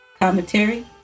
commentary